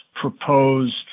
proposed